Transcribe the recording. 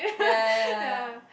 ya ya ya